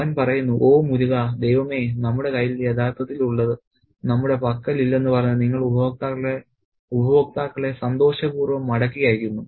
അവൻ പറയുന്നു ഓ മുരുകാ ദൈവമേ നമ്മുടെ കയ്യിൽ യഥാർത്ഥത്തിൽ ഉള്ളത് നമ്മുടെ പക്കലില്ലെന്ന് പറഞ്ഞ് നിങ്ങൾ ഉപഭോക്താക്കളെ സന്തോഷപൂർവ്വം മടക്കി അയക്കുന്നു